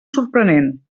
sorprenent